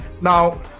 now